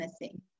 missing